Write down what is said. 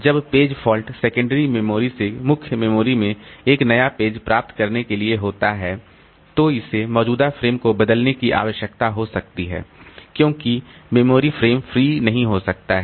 जब page fault secondary memory से मुख्य मेमोरी में एक नया पेज प्राप्त करने के लिए होता है तो इसे मौजूदा फ्रेम को बदलने की आवश्यकता हो सकती है क्योंकि मेमोरी फ़्रेम फ्री नहीं हो सकता है